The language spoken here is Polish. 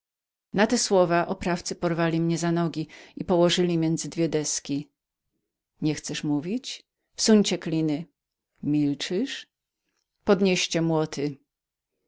na te słowa oprawcy porwali mnie za nogi i położyli między dwie deski niechcesz mówić zabijcie mu kliny milczysz podnieście młoty